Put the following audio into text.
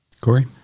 Corey